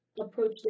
approach